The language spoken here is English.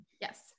yes